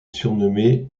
surnommé